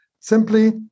simply